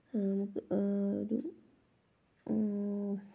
ഒരു